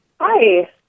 Hi